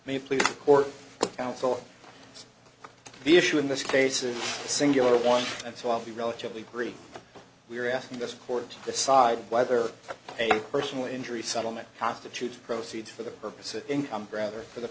may please or counsel the issue in this case is the singular one and so i'll be relatively brief we are asking this court decide whether a personal injury settlement constitutes proceeds for the purpose of income rather for the